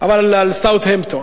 אבל על סאות'המפטון